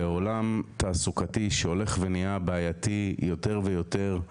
בעולם תעסוקתי שהולך ונהיה בעייתי יותר ויותר,